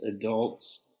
adults